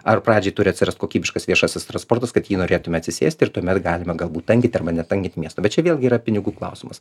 ar pradžiai turi atsirast kokybiškas viešasis transportas kad į jį norėtume atsisėsti ir tuomet galima galbūt tankinti arba netankint miesto bet čia vėlgi yra pinigų klausimas